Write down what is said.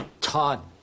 Todd